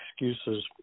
excuses